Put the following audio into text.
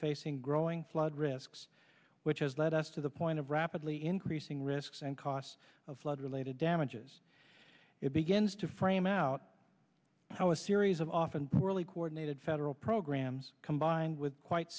facing growing flood risks which has led us to the point of rapidly increasing risks and costs of flood related damages it begins to frame out how a series of often poorly coordinated federal programs combined with quite